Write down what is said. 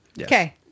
okay